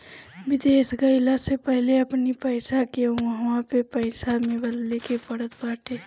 विदेश गईला से पहिले अपनी पईसा के उहवा के पईसा में बदले के पड़त बाटे